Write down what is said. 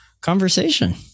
conversation